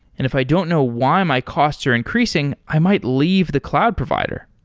and if i don't know why my costs are increasing, i might leave the cloud provider.